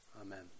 Amen